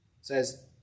says